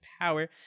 power